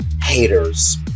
haters